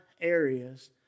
areas